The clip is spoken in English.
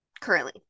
currently